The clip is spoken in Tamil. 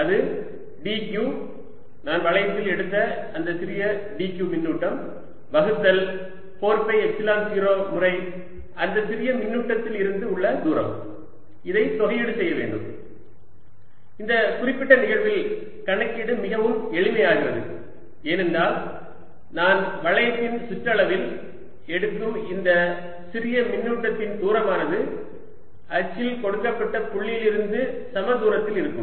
அது dq நான் வளையத்தில் எடுத்த அந்த சிறிய dq மின்னூட்டம் வகுத்தல் 4 பை எப்சிலன் 0 முறை அந்த சிறிய மின்னூட்டத்தில் இருந்து உள்ள தூரம் இதை தொகையீடு செய்ய வேண்டும் இந்த குறிப்பிட்ட நிகழ்வில் கணக்கீடு மிகவும் எளிமையாகிறது ஏனென்றால் நான் வளையத்தின் சுற்றளவில் எடுக்கும் இந்த சிறிய மின்னூட்டங்களின் தூரமானது அச்சில் கொடுக்கப்பட்ட புள்ளியிலிருந்து சம தூரத்தில் இருக்கும்